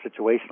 situational